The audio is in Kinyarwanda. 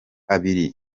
abiri